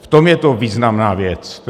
V tom je to významná věc.